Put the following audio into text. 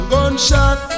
Gunshot